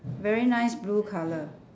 very nice blue colour